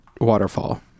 waterfall